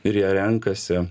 ir jie renkasi